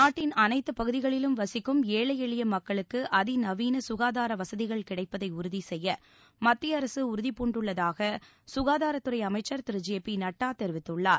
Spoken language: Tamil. நாட்டின் அனைத்து பகுதிகளிலும் வசிக்கும் ஏழை எளிய மக்களுக்கு அதிநவீன சுகாதார வசதிகள் கிடைப்பதை உறுதி செய்ய மத்திய அரசு உறுதிபூண்டுள்ளதாக சுகாதாரத்துறை அமைச்சர் திரு ஜே பி நட்டா தெரிவித்துள்ளார்